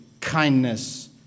kindness